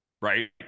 Right